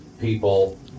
people